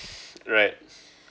right